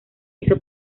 hizo